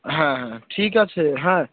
হ্যাঁ হ্যাঁ ঠিক আছে হ্যাঁ